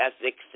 ethics